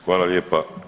Hvala lijepa.